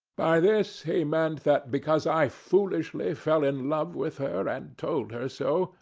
by this he meant that because i foolishly fell in love with her and told her so,